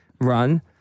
run